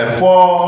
poor